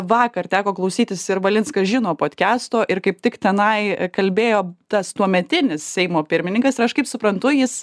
vakar teko klausytis ir valinskas žino podkesto ir kaip tik tenai kalbėjo tas tuometinis seimo pirmininkas ir aš kaip suprantu jis